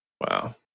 Wow